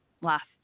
Last